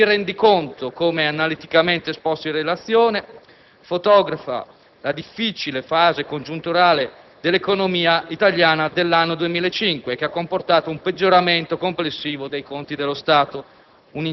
Il rendiconto, come analiticamente esposto in relazione, fotografa la difficile fase congiunturale dell'economia italiana dell'anno 2005, che ha comportato un peggioramento complessivo dei conti dello Stato: un